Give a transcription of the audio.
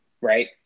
Right